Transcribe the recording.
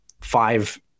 five